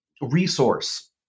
resource